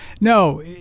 no